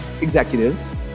executives